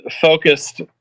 focused